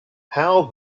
how